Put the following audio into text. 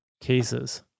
cases